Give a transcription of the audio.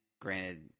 Granted